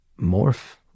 Morph